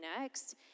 next